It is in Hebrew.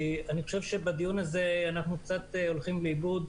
בדיון הזה אנו קצת הולכים לאיבוד.